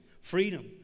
freedom